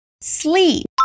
sleep